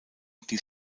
die